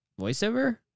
Voiceover